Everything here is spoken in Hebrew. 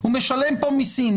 הוא משלם פה מיסים,